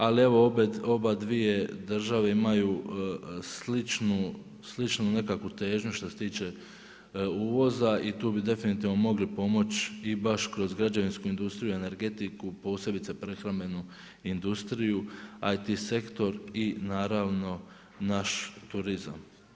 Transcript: Ali evo obadvije države imaju sličnu nekakvu težnju što se tiče uvoza i tu bi definitivno mogli pomoći i baš kroz građevinsku industriju i energetiku, posebice prehrambenu industriju ITC sektor i naravno naš turizam.